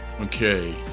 Okay